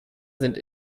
sind